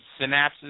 synapses